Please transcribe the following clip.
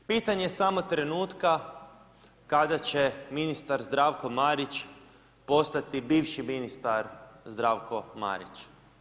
Pitanje je samo trenutka kada će ministar Zdravko Marić postati bivši ministar Zdravko Marić.